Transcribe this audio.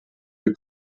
der